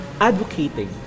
advocating